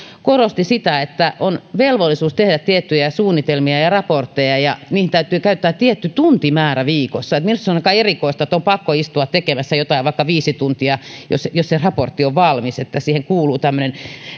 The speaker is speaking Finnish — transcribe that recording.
korosti sitä että on velvollisuus tehdä tiettyjä suunnitelmia ja raportteja ja niihin täytyy käyttää tietty tuntimäärä viikossa minusta se on aika erikoista että on pakko istua tekemässä jotain vaikka viisi tuntia jos jos se raportti on valmis että siihen kuuluu tämmöinen